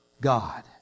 God